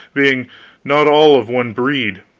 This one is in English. being not all of one breed.